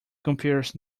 compares